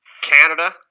Canada